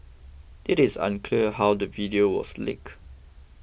it is unclear how the video was leaked